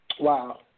Wow